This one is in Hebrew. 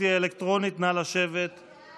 אני